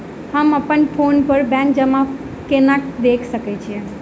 हम अप्पन फोन पर बैंक जमा केना देख सकै छी?